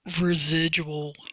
residual